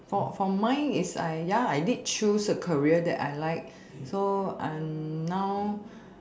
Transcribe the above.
for for mine is I ya I did choose a career that I like so I'm now